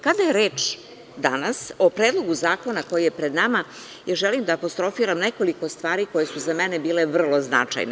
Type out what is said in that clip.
Kada je reč, danas, o Predlogu zakona koji je pred nama, želim da apostrofiram nekoliko stvari, koje su za mene bile vrlo značajne.